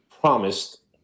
promised